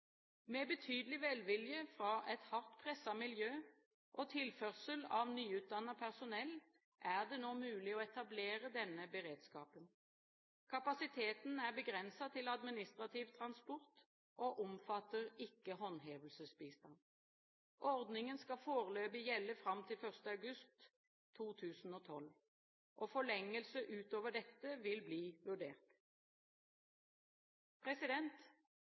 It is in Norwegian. Med betydelig velvilje fra et hardt presset miljø og tilførsel av nyutdannet personell er det nå mulig å etablere denne beredskapen. Kapasiteten er begrenset til administrativ transport og omfatter ikke håndhevelsesbistand. Ordningen skal foreløpig gjelde fram til 1. august 2012. Forlengelse utover dette vil bli vurdert.